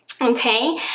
Okay